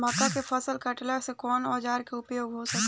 मक्का के फसल कटेला कौन सा औजार के उपयोग हो सकत बा?